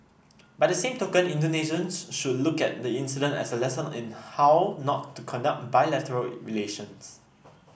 by the same token Indonesians should look at the incident as a lesson in how not to conduct bilateral relations